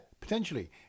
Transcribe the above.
potentially